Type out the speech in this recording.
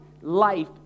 life